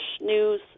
news